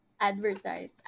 advertise